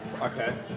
Okay